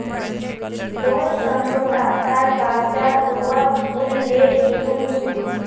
loan समझोता तार कागजात लूवा भूल ले गेनु मि